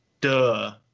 Duh